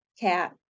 cat